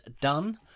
done